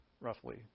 roughly